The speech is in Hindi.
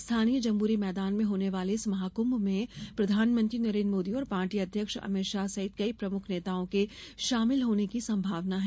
स्थानीय जम्बूरी मैदान में होने वाले इस महाकूभ में प्रधानमंत्री नरेन्द्र मोदी और पार्टी अध्यक्ष अभित शाह सहित कई प्रमुख नेताओं के शाभिल होने की संभावना है